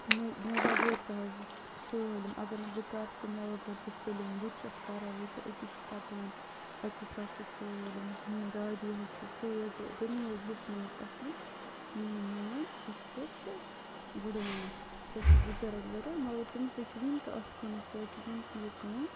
مےٚ مےٚ وغٲر تہِ حظ سٲلِم اَگر نہٕ بہٕ کَرٕ تہِ مےٚ وَغٲر تہِ چھِ سٲلِم بہٕ تہِ چھَس کران بٕتہِ أتی چھِ پکان اَکی ساتہٕ چھِ سٲلِم میٛٲنۍ دادی حظ چھِ سُے حظ تٔمی حظ ہٮ۪چھنٲے أسۍ اصٕلی میٛٲنۍ نانۍ یۄس سُہ چھِ بٔڑٕ نانۍ سۄ حظ چھِ بُزرَگ واریاہ مگر تٔمِس حظ چھِ ؤنۍ تہِ اَتھ کُنَتھ سۄ حظ چھِ ؤنۍ تہِ یہِ کٲم